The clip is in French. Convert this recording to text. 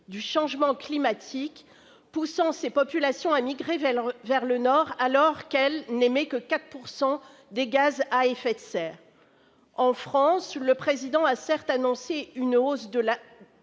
du changement climatique, poussant ses populations à migrer vers le nord, alors même qu'elle n'émet que 4 % des gaz à effet de serre. En France, le Président a certes annoncé une hausse de